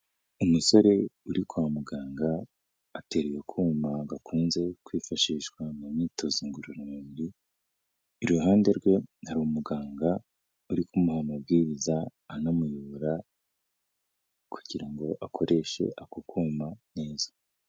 Umusore uri kwa muganga, ateruye akuma gakunze kwifashishwa mu myitozo ngororamubiri, iruhande rwe hari umuganga uri kumuha amabwiriza anamuyobora kugira ngo akoreshe ako kuma neza.